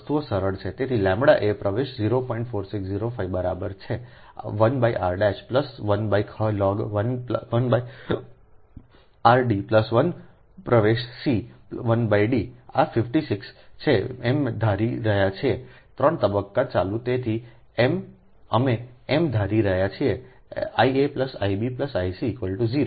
તેથીλIa પ્રવેશ 04605 બરાબર છે 1 R I ખ લોગ 1 r D I પ્રવેશ સી 1 D આ 56 છે m ધારી રહ્યા છીએ 3 તબક્કો ચાલુ તેથી અમે m ધારી રહ્યા છીએ Ia Ib Ic 0